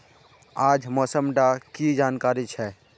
आज मौसम डा की जानकारी छै?